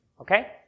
okay